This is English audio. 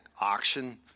auction